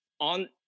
on